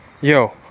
yo